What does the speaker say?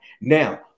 Now